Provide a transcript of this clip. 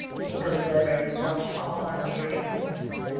miko's zed-ray was watching all our interior movements.